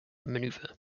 maneuver